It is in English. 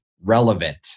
relevant